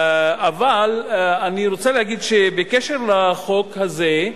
אבל אני רוצה להגיד בקשר לחוק הזה,